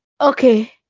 okay